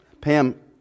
Pam